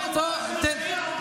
את חיילי צה"ל,